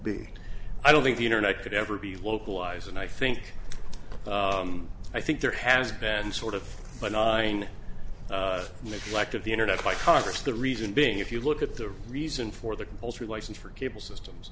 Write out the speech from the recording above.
be i don't think the internet could ever be localized and i think i think there has been sort of neglect of the internet by congress the reason being if you look at the reason for the compulsory license for cable systems